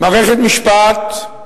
מערכת משפט.